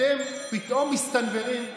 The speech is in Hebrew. אתם פתאום מסתנוורים,